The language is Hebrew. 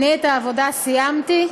אני את העבודה סיימתי,